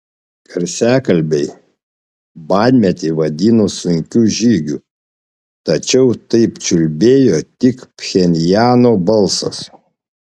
garsiakalbiai badmetį vadino sunkiu žygiu tačiau taip čiulbėjo tik pchenjano balsas